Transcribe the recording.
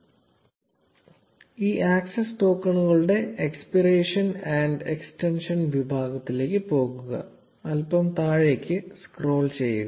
0358 ഈ ആക്സസ് ടോക്കണുകളുടെ expiration and extension വിഭാഗത്തിലേക്ക് പോകുക അൽപ്പം താഴേക്ക് സ്ക്രോൾ ചെയ്യുക